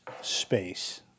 space